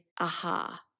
aha